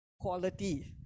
quality